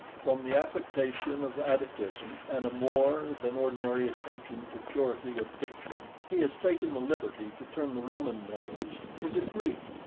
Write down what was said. from the affectation of atticism, and a more than ordinary attention to purity of diction, he has taken the liberty to turn the roman names into greek,